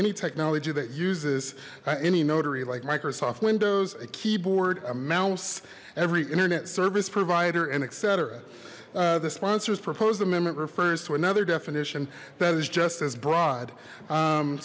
any technology that uses any notary like microsoft windows a keyboard a mouse every internet service provider and etc the sponsors proposed amendment refers to another definition that is just as broad